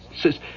says